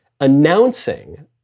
announcing